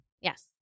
Yes